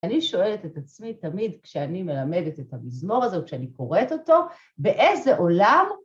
אני שואלת את עצמי תמיד כשאני מלמדת את המזמור הזה או כשאני קוראת אותו, באיזה עולם...